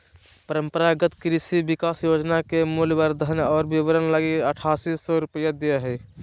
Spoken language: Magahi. परम्परागत कृषि विकास योजना के मूल्यवर्धन और विपरण लगी आठासी सौ रूपया दे हइ